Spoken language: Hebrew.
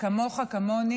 כמוני כמוך,